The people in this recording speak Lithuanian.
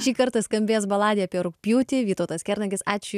šį kartą skambės baladė apie rugpjūtį vytautas kernagis ačiū